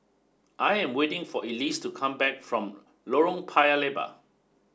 I am waiting for Elyse to come back from Lorong Paya Lebar